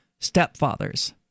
stepfathers